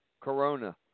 Corona